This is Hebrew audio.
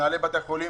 מנהלי בתי החולים,